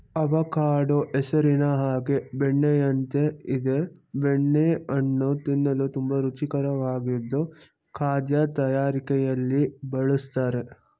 avocado ಹೆಸರಿನ ಹಾಗೆ ಬೆಣ್ಣೆಯಂತೆ ಇದೆ ಬೆಣ್ಣೆ ಹಣ್ಣು ತಿನ್ನಲು ತುಂಬಾ ರುಚಿಕರವಾಗಿದ್ದು ಖಾದ್ಯ ತಯಾರಿಕೆಲಿ ಬಳುಸ್ತರೆ